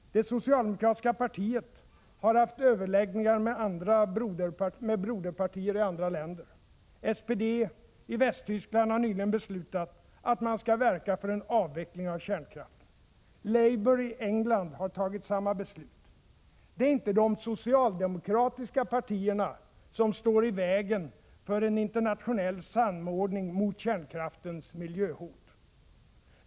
Det socialdemokratiska partiet har haft överläggningar med broderpartier i andra länder. SPD i Västtyskland har nyligen beslutat att man skall verka för en avveckling av kärnkraften. Labour i England har tagit samma beslut. Det är inte de socialdemokratiska partierna som står i vägen för en internationell samordning mot kärnkraftens miljöhot.